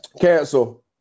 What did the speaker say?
Cancel